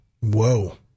Whoa